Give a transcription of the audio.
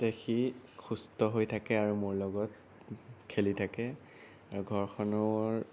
যাতে সি সুস্থ হৈ থাকে আৰু মোৰ লগত খেলি থাকে আৰু ঘৰখনৰও